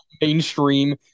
mainstream